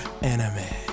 anime